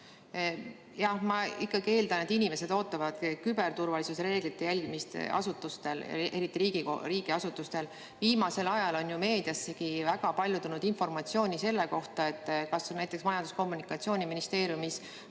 Ma ikkagi eeldan, et inimesed ootavad küberturvalisusreeglite järgimist asutustelt, eriti riigiasutustelt. Viimasel ajal on ju meediassegi tulnud väga palju informatsiooni selle kohta, et kas või näiteks Majandus‑ ja Kommunikatsiooniministeeriumis